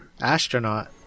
Astronaut